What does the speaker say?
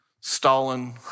Stalin